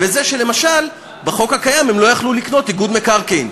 בזה שלמשל בחוק הקיים הם לא יכלו לקנות איגוד מקרקעין,